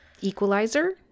Equalizer